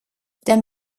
dem